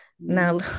Now